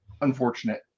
unfortunate